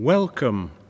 Welcome